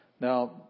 now